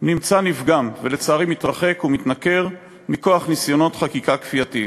נמצא נפגם ולצערי מתרחק ומתנכר מכוח ניסיונות חקיקה כפייתיים.